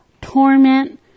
torment